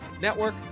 Network